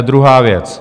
Druhá věc.